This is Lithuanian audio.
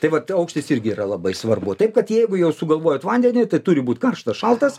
tai vat aukštis irgi yra labai svarbu taip kad jeigu jau sugalvojot vandenį tai turi būt karštas šaltas